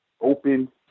open